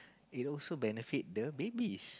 it also benefit the babies